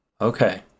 okay